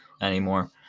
anymore